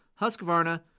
Husqvarna